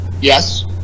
Yes